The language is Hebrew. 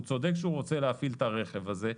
הוא צודק שהוא רוצה להפעיל את הרכב הזה.